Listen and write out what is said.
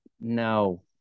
No